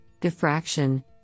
diffraction